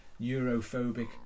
neurophobic